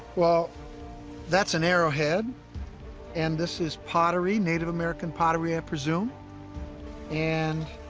well that's an arrowhead and this is pottery native american pottery i presume and